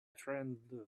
friend